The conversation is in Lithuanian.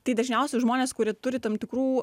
tai dažniausiai žmonės kurie turi tam tikrų